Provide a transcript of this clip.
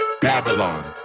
Babylon